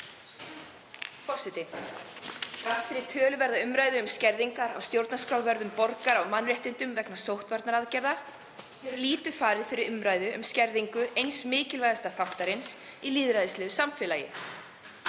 Forseti. Þrátt fyrir töluverða umræðu um skerðingar á stjórnarskrárvörðum borgara- og mannréttindum vegna sóttvarnaaðgerða hefur lítið farið fyrir umræðu um skerðingu eins mikilvægasta þáttarins í lýðræðislegu samfélagi,